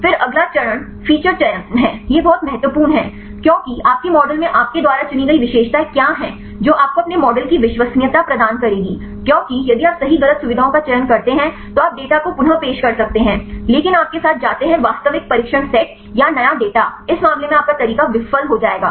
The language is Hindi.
फिर अगला चरण फीचर चयन है यह बहुत महत्वपूर्ण है क्योंकि आपके मॉडल में आपके द्वारा चुनी गई विशेषताएं क्या हैं जो आपको अपने मॉडल की विश्वसनीयता प्रदान करेंगी क्योंकि यदि आप सही गलत सुविधाओं का चयन करते हैं तो आप डेटा को पुन पेश कर सकते हैं लेकिन आप के साथ जाते हैं वास्तविक परीक्षण सेट या नया डेटा इस मामले में आपका तरीका विफल हो जाएगा